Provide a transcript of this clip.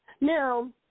Now